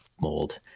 mold